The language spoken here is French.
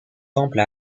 temple